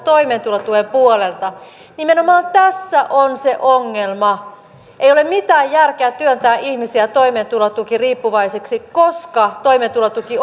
toimeentulotuen puolelta nimenomaan tässä on se ongelma ei ole mitään järkeä työntää ihmisiä toimeentulotukiriippuvaisiksi koska toimeentulotuki